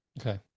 Okay